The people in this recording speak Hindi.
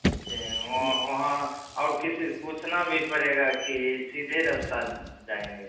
अच्छा वह वहाँ और किसी से पूछना भी पड़ेगा कि सीधे रास्ता जाएँगे